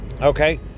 Okay